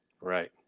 right